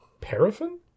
Paraffin